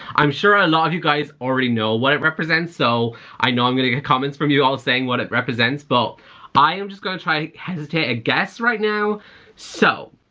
i'm sure a lot of you guys already know what it represents so i know i'm gonna get comments from you all saying what it represents but i'm just gonna try to hesitate a guess right now so,